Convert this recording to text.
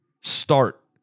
start